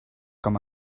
com